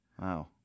Wow